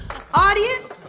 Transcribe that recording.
audience,